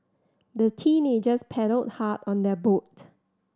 the teenagers paddled hard on their boat